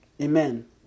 Amen